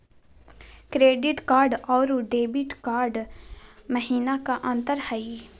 Credit card अरू debit card महिना का अंतर हई?